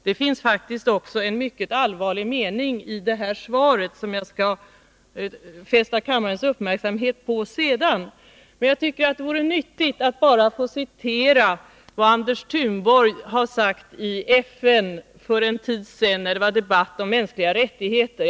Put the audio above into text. Det finns faktiskt också en mycket allvarlig mening i detta svar som jag senare skall fästa kammarens uppmärksamhet på. Jag tycker att det vore nyttigt att bara få citera en tidningsnotis om vad Anders Thunborg har sagt i FN för en tid sedan, när det var debatt om mänskliga rättigheter.